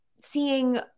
seeing